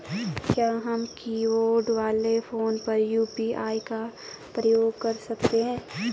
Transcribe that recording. क्या हम कीबोर्ड वाले फोन पर यु.पी.आई का प्रयोग कर सकते हैं?